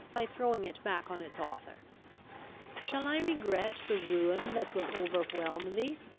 by throwing it back on its author shall i regret the ruin that will overwhelm thee?